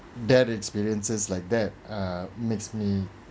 that experiences like that uh makes me